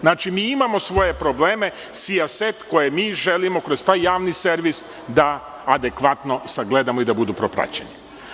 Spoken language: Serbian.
Znači, mi imamo sijaset svojih problema koje želimo da kroz taj javni servis adekvatno sagledamo i da budu propraćeni.